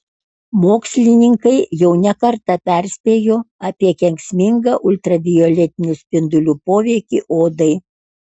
mokslininkai jau ne kartą perspėjo apie kenksmingą ultravioletinių spindulių poveikį odai